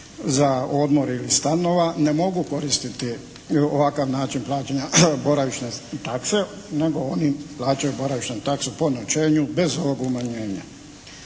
za odmor ili stanova ne mogu koristiti ovakav način plaćanja boravišne takse nego oni plaćaju boravišnu taksu po noćenju bez ovog umanjenja.